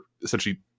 essentially